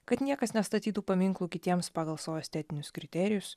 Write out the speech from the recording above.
kad niekas nestatytų paminklų kitiems pagal savo estetinius kriterijus